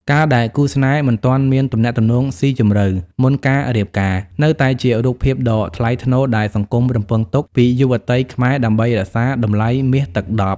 ការដែលគូស្នេហ៍ "មិនទាន់មានទំនាក់ទំនងស៊ីជម្រៅ" មុនការរៀបការ នៅតែជារូបភាពដ៏ថ្លៃថ្នូរដែលសង្គមរំពឹងទុកពីយុវតីខ្មែរដើម្បីរក្សាតម្លៃមាសទឹកដប់។